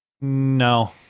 no